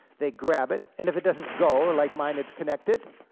they grab it, and if it doesn't go, like mine it's connected,